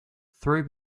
three